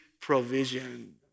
provision